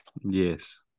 yes